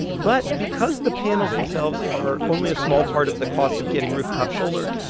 but because the panels themselves are only a small part of the cost of getting rooftop solar,